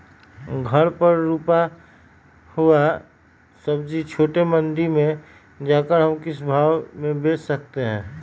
घर पर रूपा हुआ सब्जी छोटे मंडी में जाकर हम किस भाव में भेज सकते हैं?